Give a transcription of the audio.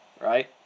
right